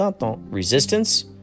Resistance